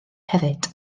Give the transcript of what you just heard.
hefyd